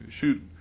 shoot